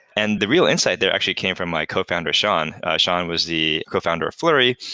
and the real insight there actually came from my co-founder, sean. sean was the cofounder flurry,